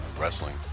wrestling